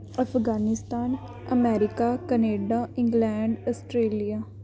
Afghanistan America Canada England Australia